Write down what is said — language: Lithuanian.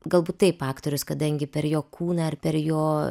galbūt taip aktorius kadangi per jo kūną ar per jo